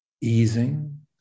easing